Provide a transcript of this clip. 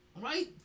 right